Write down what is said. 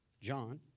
John